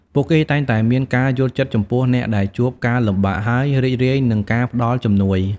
ពួកគេតែងតែមានការយល់ចិត្តចំពោះអ្នកដែលជួបការលំបាក ហើយរីករាយនឹងការផ្តល់ជំនួយ។